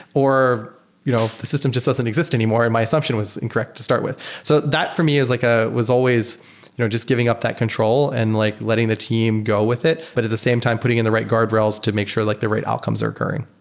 or you know the system just doesn't exist anymore and my assumption was incorrect to start with. so that for me like ah was always you know just giving up that control and like letting the team go with it, but at the same time putting in the right guard rails to make sure like the right outcomes are occurring.